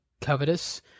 covetous